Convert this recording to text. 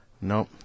nope